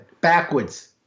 Backwards